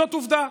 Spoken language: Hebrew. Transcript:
זאת עובדה.